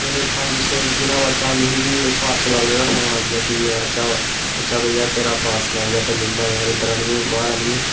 फिर पंज छे दिने बाद च में बी पार्सल आह्ले दा फोन आई गेआ जी कि आई जा भाई तेरा पार्सल आए दा ऐ ते लेई जा इद्धर आह्नियै बाह्र आह्नियै